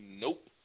Nope